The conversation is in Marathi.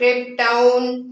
केपटाउन